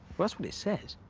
well, that's what it says.